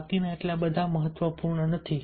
બાકીના એટલા મહત્વપૂર્ણ નથી